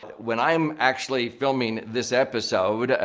when i'm actually filming this episode,